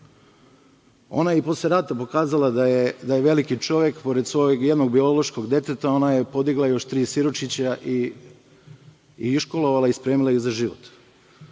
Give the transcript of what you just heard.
Ona je i posle rata pokazala da je veliki čovek, pored svojeg jednog biološkog deteta, ona je podigla još tri siročića i iškolovala i spremila ih za život.